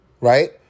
right